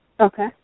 Okay